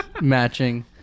Matching